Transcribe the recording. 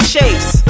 Chase